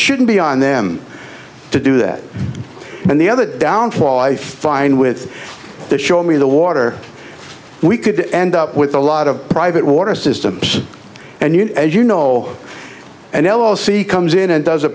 shouldn't be on them to do that and the other downfall i find with that show me the water we could end up with a lot of private water systems and you know as you know and yellow sea comes in and does a